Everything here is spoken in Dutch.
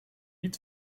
niet